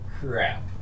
crap